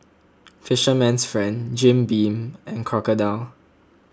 Fisherman's Friend Jim Beam and Crocodile